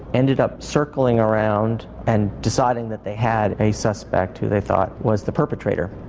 ended up circling around and deciding that they had a suspect who they thought was the perpetrator.